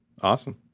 awesome